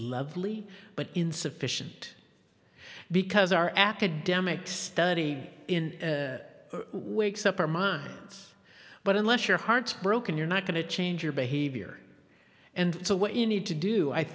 lovely but insufficient because our academic study in wakes up our minds but unless your heart's broken you're not going to change your behavior and so what you need to do i